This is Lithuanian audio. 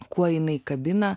kuo jinai kabina